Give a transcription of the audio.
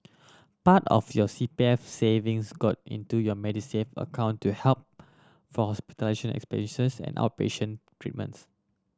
part of your C P F savings got into your Medisave account to help for hospitalization expenses and outpatient treatments